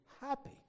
happy